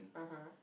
(uh huh)